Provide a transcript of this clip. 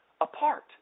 apart